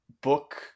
book